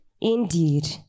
Indeed